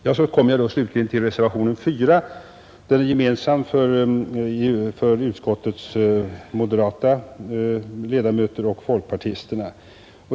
Jag kommer slutligen till reservationen 4, som är gemensam för de moderata och folkpartistiska ledamöterna i utskottet.